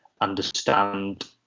understand